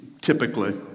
typically